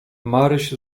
maryś